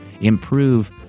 improve